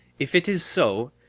if it is so,